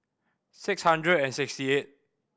six hundred and sixty eight